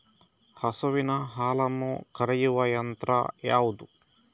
ಹಸುವಿನ ಹಾಲನ್ನು ಕರೆಯುವ ಯಂತ್ರ ಯಾವುದು?